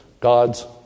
God's